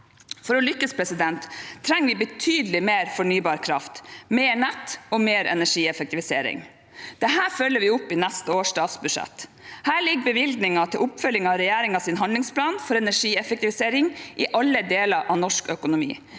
For å lykkes trenger vi betydelig mer fornybar kraft, mer nett og mer energieffektivisering. Det følger vi opp i neste års statsbudsjett. Her ligger bevilgninger til oppfølging av regjeringens handlingsplan for energieffektivisering i alle deler av norsk økonomi,